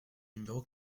numéro